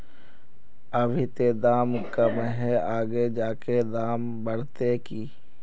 अभी ते दाम कम है आगे जाके दाम बढ़ते की?